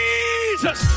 Jesus